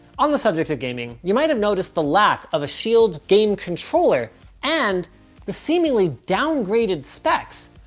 on the subject of gaming, you might have noticed the lack of a shield game controller and the seemingly downgraded specs.